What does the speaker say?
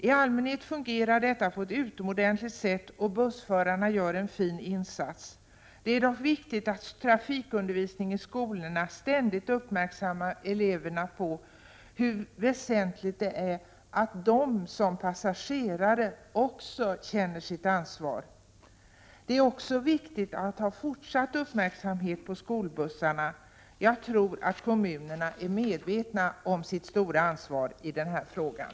I allmänhet fungerar detta på ett utomordentligt bra sätt, och bussförarna gör en fin insats. Det är dock viktigt att man vid trafikundervisningen i skolorna ständigt uppmärksammar eleverna på hur väsentligt det är att de som passagerare också känner sitt ansvar. Det är vidare viktigt att ha fortsatt uppmärksamhet riktad på skolbussarna. Jag tror att kommunerna är medvetna om sitt stora ansvar i den här frågan.